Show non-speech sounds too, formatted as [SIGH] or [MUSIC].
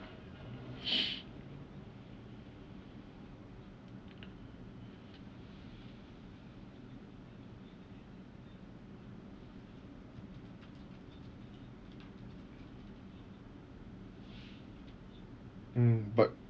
[BREATH] mm but